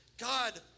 God